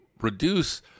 reduce